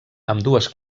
ambdues